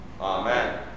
Amen